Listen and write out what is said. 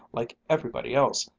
like everybody else,